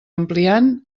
ampliant